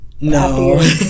No